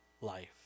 life